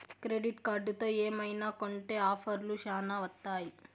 credit కార్డుతో ఏమైనా కొంటె ఆఫర్లు శ్యానా వత్తాయి